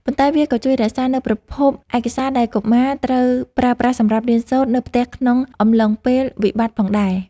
ប៉ុន្តែវាក៏ជួយរក្សានូវប្រភពឯកសារដែលកុមារត្រូវប្រើប្រាស់សម្រាប់រៀនសូត្រនៅផ្ទះក្នុងអំឡុងពេលវិបត្តិផងដែរ។